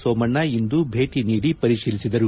ಸೋಮಣ್ಣ ಇಂದು ಭೇಟಿ ನೀಡಿ ಪರಿಶೀಲಿಸಿದರು